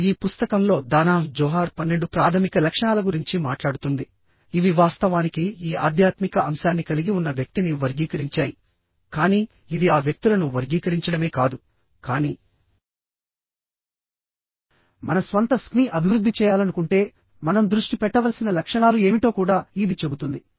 ఇప్పుడు ఈ పుస్తకంలో దానాహ్ జోహార్ 12 ప్రాథమిక లక్షణాల గురించి మాట్లాడుతుంది ఇవి వాస్తవానికి ఈ ఆధ్యాత్మిక అంశాన్ని కలిగి ఉన్న వ్యక్తిని వర్గీకరించాయి కానీ ఇది ఆ వ్యక్తులను వర్గీకరించడమే కాదు కానీమన స్వంత SQ ని అభివృద్ధి చేయాలనుకుంటే మనం దృష్టి పెట్టవలసిన లక్షణాలు ఏమిటో కూడా ఇది చెబుతుంది